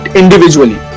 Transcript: individually